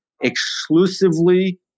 exclusively